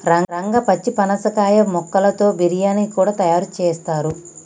రంగా పచ్చి పనసకాయ ముక్కలతో బిర్యానీ కూడా తయారు చేస్తారు